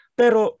pero